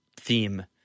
theme